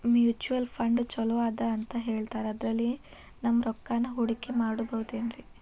Mutual fund ಛಲೋ ಅದಾ ಅಂತಾ ಹೇಳ್ತಾರ ಅದ್ರಲ್ಲಿ ನಮ್ ರೊಕ್ಕನಾ ಹೂಡಕಿ ಮಾಡಬೋದೇನ್ರಿ?